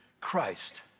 Christ